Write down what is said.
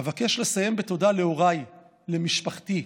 אבקש לסיים בתודה להוריי, למשפחתי,